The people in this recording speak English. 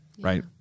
Right